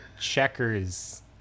Checkers